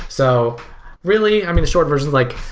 so really, the short version like